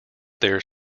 there